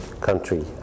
country